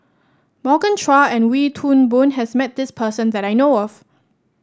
Morgan Chua and Wee Toon Boon has met this person that I know of